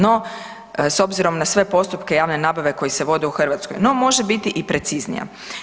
No s obzirom na sve postupke javne nabave koji se vodi u Hrvatskoj, no može biti i preciznija.